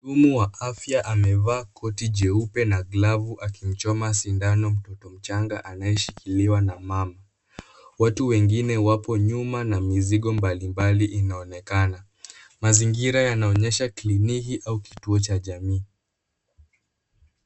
Mhudumu wa afya amevaa koti jeupe na glavu akimchoma sindano mtoto mchanga anayeshikiliwa na mama, watu wengine wapo nyuma na mizigo mbali mbali inaonekana mazingira yanaonyesha klinki au kituo cha jamii.